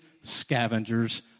scavengers